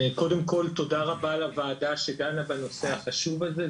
קודם כל תודה רבה לוועדה שדנה בנושא החשוב הזה.